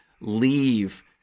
leave